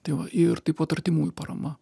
tai va ir taip pat artimųjų parama